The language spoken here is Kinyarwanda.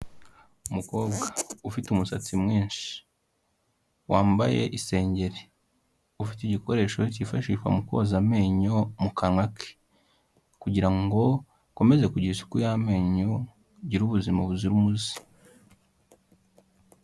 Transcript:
Umukobwa ufite umusatsi mwinshi, wambaye isengeri ufite igikoresho cyifashishwa mu koza amenyo mu kanwa ke, kugira ngo ukomeze kugira isuku y'amenyo agire ubuzima buzira umuze.